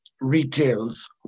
retails